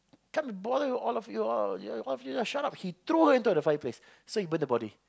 can't be bothered with all of you all of you all shut up he throw into the fireplace so he burn the body